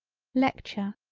lecture,